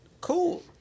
Cool